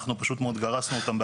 לא כפופה לשום דיווח.